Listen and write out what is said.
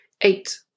Eight